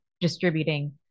distributing